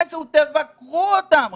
המסר הוא תבקרו אותם,